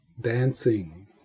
dancing